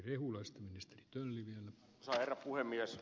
arvoisa herra puhemies